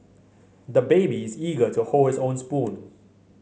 the baby is eager to hold his own spoon